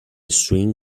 swing